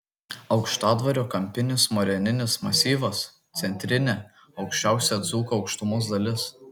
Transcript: aukštadvario kampinis moreninis masyvas centrinė aukščiausia dzūkų aukštumos dalis